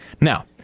Now